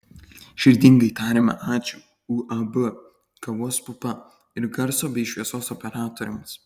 širdingai tariame ačiū uab kavos pupa ir garso bei šviesos operatoriams